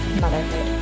Motherhood